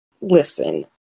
listen